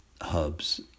hubs